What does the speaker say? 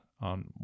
on